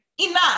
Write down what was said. enough